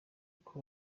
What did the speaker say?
uko